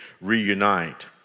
reunite